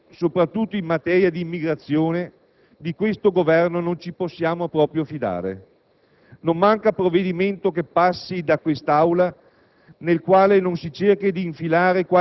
Il problema è che, soprattutto in materia di immigrazione, di questo Governo non ci possiamo proprio fidare. Non manca provvedimento che passi da quest'Aula,